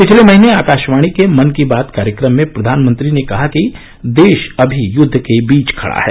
पिछले महीने आकाशवाणी के मन की बात कार्यक्रम में प्रधानमंत्री ने कहा कि देश अभी युद्द के बीच खड़ा है